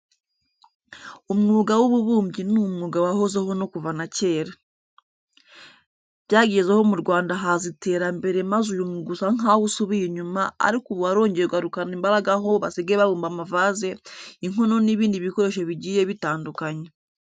Umwuga w'ububumbyi ni umwuga wahozeho no kuva na kera. Byagezeho mu Rwanda haza iterambere maze uyu mwuga usa nkaho usubiye inyuma ariko ubu warongeye ugarukana imbaraga aho basigaye babumba amavaze, inkono n'ibindi bikoresho bigiye bitandukanye.